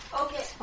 Okay